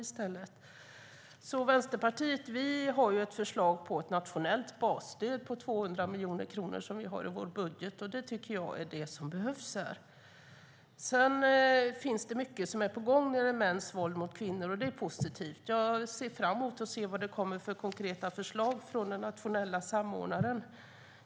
Vi i Vänsterpartiet har i vår budget ett förslag på ett nationellt basstöd på 200 miljoner kronor. Det tycker jag är det som behövs. Mycket är på gång när det gäller mäns våld mot kvinnor, och det är positivt. Jag ser fram emot de konkreta förslag som ska komma från den nationella samordnaren.